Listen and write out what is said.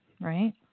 Right